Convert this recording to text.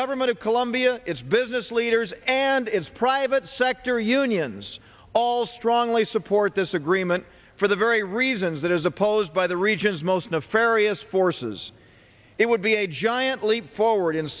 government of colombia its business leaders and its private sector unions all strongly support this agreement for the very reasons that is opposed by the region's most nefarious forces it would be a giant leap forward